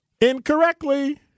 incorrectly